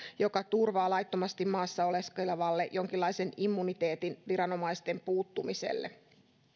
joka turvaa laittomasti maassa oleskelevalle jonkinlaisen immuniteetin viranomaisten puuttumiselle